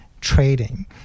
trading